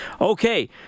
Okay